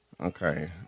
Okay